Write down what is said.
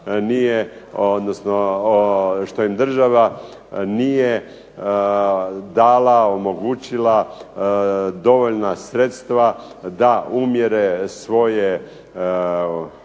što im država nije dala omogućila dovoljna sredstva da umjere svoje